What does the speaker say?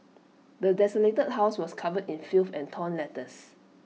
the desolated house was covered in filth and torn letters